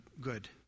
good